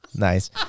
Nice